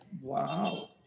Wow